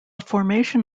formation